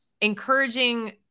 encouraging